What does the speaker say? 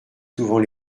souvent